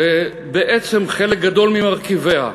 שבעצם חלק גדול ממרכיביה,